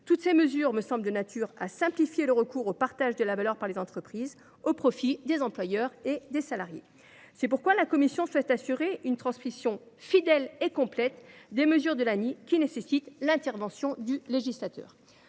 Toutes ces mesures me semblent de nature à simplifier le recours au partage de la valeur par les entreprises au profit des employeurs et des salariés. C’est pourquoi la commission souhaite garantir une transposition fidèle et complète des mesures de l’ANI nécessitant l’intervention du législateur.